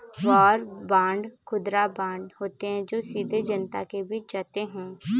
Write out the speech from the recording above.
war bond खुदरा bond होते हैं जो सीधे जनता को बेचे जाते हैं